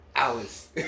Hours